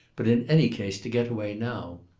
but in any case to get away now.